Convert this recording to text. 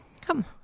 Come